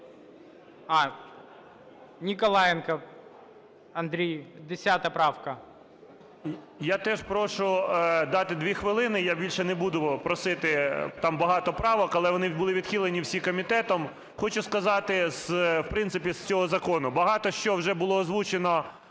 Ніколаєнко Андрій, 10 правка.